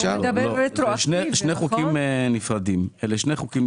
אלה שני חוקים נפרדים.